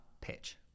pitch